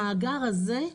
המאגר הזה,